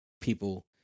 people